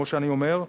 כמו שאני אומר,